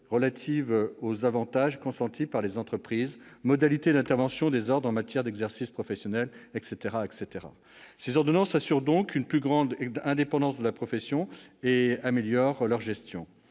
relative aux avantages consentis par les entreprises, modalités d'intervention des ordres en matière d'exercice professionnel, etc. Ces ordonnances assurent donc une plus grande indépendance de la profession et une amélioration de sa gestion.